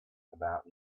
about